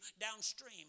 downstream